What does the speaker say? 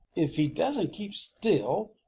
if he doesn't keep still,